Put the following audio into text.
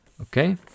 Okay